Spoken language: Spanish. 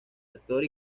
actor